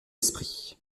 esprit